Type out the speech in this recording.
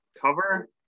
cover